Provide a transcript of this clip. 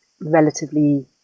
relatively